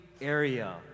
area